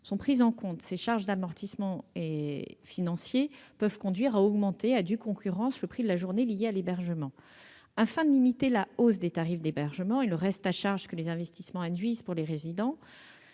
sont prises en compte ; elles peuvent conduire à augmenter, à due concurrence, le prix de journée lié à l'hébergement. Afin de limiter la hausse des tarifs d'hébergement et le reste à charge que les investissements induisent pour les résidents,